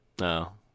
No